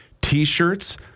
t-shirts